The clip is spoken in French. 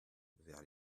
vers